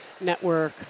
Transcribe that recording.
network